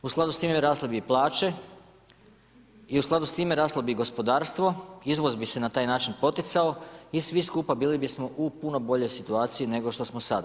U skladu s time rasle bi i plaće i u skladu s time raslo bi i gospodarstvo, izvoz bi se na taj način poticao i svi skupa bili bismo u puno boljoj situaciji nego što smo sada.